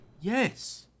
Yes